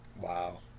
Wow